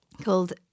called